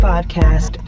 podcast